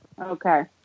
Okay